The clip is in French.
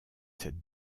cette